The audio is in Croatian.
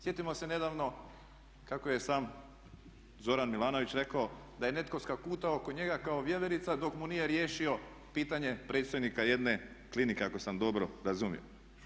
Sjetimo se nedavno kako je sam Zoran Milanović rekao da je netko skakutao oko njega kao vjeverica dok mu nije riješio pitanje predstojnika jedne klinike ako sam dobro razumio.